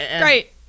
Great